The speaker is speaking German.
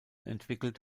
entwickelt